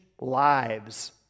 lives